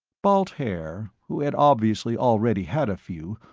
balt haer, who had obviously already had a few,